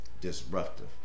disruptive